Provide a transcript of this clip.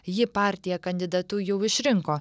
jį partija kandidatu jau išrinko